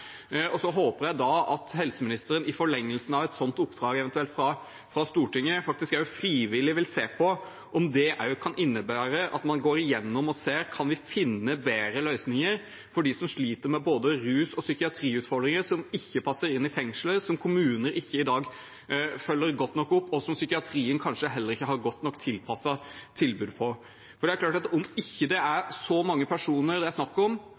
og se på behovene der. Jeg håper at helseministeren, i forlengelsen eventuelt av et sånt oppdrag fra Stortinget, frivillig vil se på om det også kan innebære at man går igjennom og ser om vi kan finne bedre løsninger for dem som sliter med både rus- og psykiatriutfordringer, som ikke passer inn i fengsler, som kommunene i dag ikke følger godt nok opp, og som psykiatrien kanskje heller ikke har godt nok tilpasset tilbud for. For det er klart at om det ikke er så mange personer det er snakk om,